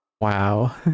wow